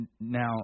now